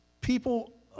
people